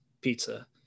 pizza